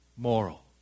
Moral